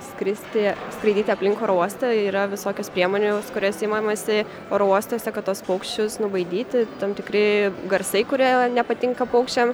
skristi skraidyti aplink oro uostą yra visokios priemonės kurios imamasi oro uostuose kad tuos paukščius nubaidyti tam tikri garsai kurie nepatinka paukščiam